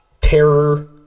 terror